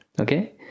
Okay